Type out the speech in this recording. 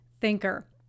thinker